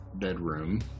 bedroom